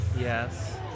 Yes